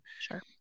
Sure